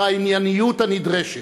בענייניות הנדרשת,